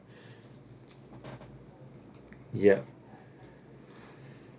yup